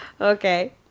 Okay